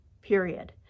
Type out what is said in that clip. period